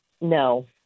No